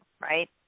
right